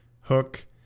hook